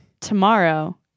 Tomorrow